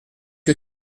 que